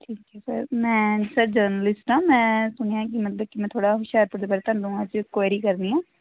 ਠੀਕ ਆ ਸਰ ਮੈਂ ਸਰ ਜਰਨਲਿਸਟ ਆ ਮੈਂ ਸੁਣਿਆ ਕਿ ਮਤਲਬ ਕਿ ਮੈਂ ਥੋੜ੍ਹਾ ਹੋਸ਼ਿਆਰਪੁਰ ਦੇ ਬਾਰੇ ਤੁਹਾਨੂੰ ਅੱਜ ਕੁਐਰੀ ਕਰਨੀ ਆ